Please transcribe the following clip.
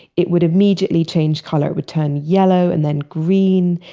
it would immediately change color. would turn yellow, and then green,